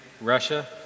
Russia